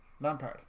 Lampard